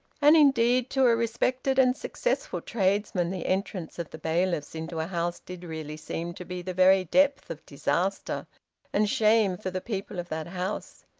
and indeed, to a respected and successful tradesman, the entrance of the bailiffs into a house did really seem to be the very depth of disaster and shame for the people of that house.